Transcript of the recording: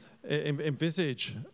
envisage